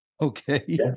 Okay